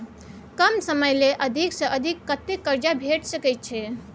कम समय ले अधिक से अधिक कत्ते कर्जा भेट सकै छै?